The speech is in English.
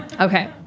Okay